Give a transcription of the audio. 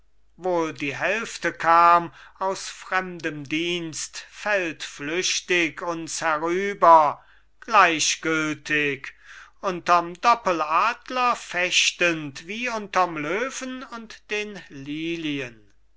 die hälfte kam aus fremdem dienst feldflüchtig uns herüber gleichgültig unterm doppeladler fechtend wie unterm löwen und den lilien